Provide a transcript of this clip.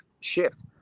shift